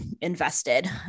invested